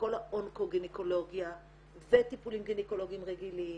וכל האונקו-גינקולוגיה וטיפולים גינקולוגיים רגילים,